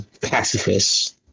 pacifists